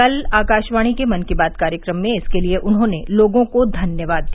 कल आकाशवाणी के मन की बात कार्यक्रम में इसके लिए उन्होंने लोगों को धन्यवाद दिया